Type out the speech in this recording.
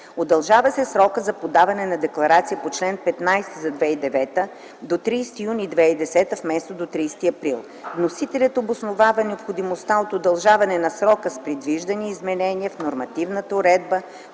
Удължава се срокът за подаване на декларацията по чл. 15 за 2009 г. до 30 юни 2010 г., вместо до 30 април. Вносителят обоснова и необходимостта от удължаването на срока с предвиждани изменения в нормативната уредба